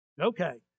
Okay